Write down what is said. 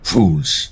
Fools